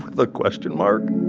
with a question mark